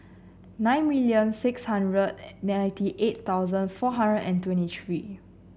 nine million six hundred ninety eight thousand four hundred and twenty three